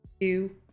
two